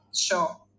sure